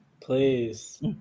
Please